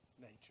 nature